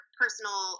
personal